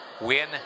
win